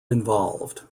involved